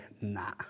nah